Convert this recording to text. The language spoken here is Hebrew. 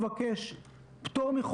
לכספים.